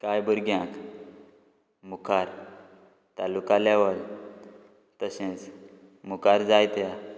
कांय भुरग्यांक मुखार तालुका लॅवल तशेंच मुखार जाय त्या